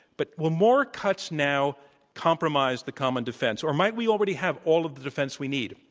but will more cuts now compromise the common defense? or might we already have all of the defense we need